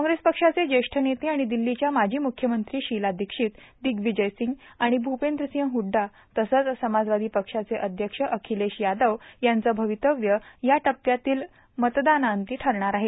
कॉग्रेस पक्षाचे ज्येष्ठ नेते आणि दिल्लीच्या माजी मुख्यमंत्री शीला दिक्षीत दिग्विजय सिंग आणि भ्रपेंद्रसिंग हड्डा तसेच समाजवादी पक्षाचे अध्यक्ष अखिलेश यादव यांचं भवितव्य या टप्प्यातील मतदानाअंती ठरणार आहे